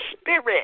Spirit